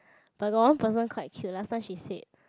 but got one person quite cute last time she said